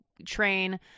train